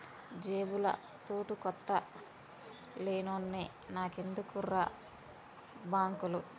జేబుల తూటుకొత్త లేనోన్ని నాకెందుకుర్రా బాంకులు